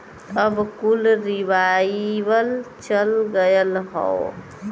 अब कुल रीवाइव चल गयल हौ